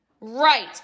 Right